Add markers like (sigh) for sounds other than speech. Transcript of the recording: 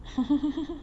(laughs)